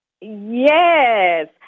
Yes